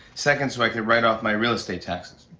second, so i can write off my real-estate taxes.